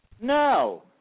No